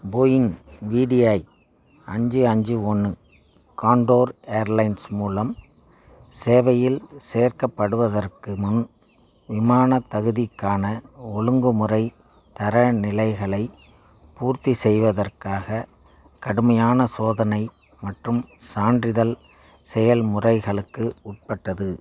Boeing விடிஐ அஞ்சு அஞ்சு ஒன்று காண்டோர் ஏர்லைன்ஸ் மூலம் சேவையில் சேர்க்கப்படுவதற்கு முன் விமானத் தகுதிக்கான ஒழுங்குமுறை தரநிலைகளைப் பூர்த்தி செய்வதற்காகக் கடுமையான சோதனை மற்றும் சான்றிதழ் செயல்முறைகளுக்கு உட்பட்டது